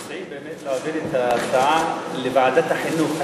מציעים באמת להעביר את ההצעה לוועדת החינוך.